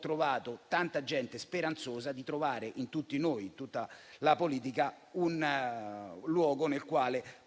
trovando tanta gente speranzosa di trovare in tutti noi, in tutta la politica, un attore con il quale